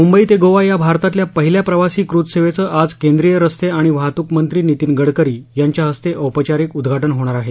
मुंबई ते गोवा या भारतातल्या पहिल्या प्रवासी क्रूझसेवेचं आज केंद्रीय रस्ते आणि वाहतूकमंत्री नितीन गडकरी यांच्या हस्ते औपचारिक उद्घाटन होणार आहे